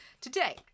Today